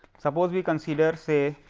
suppose, we consider say